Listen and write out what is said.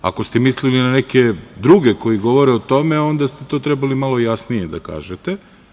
Ako ste mislili na neke druge koji govore o tome onda ste to trebali malo jasnije da kažete.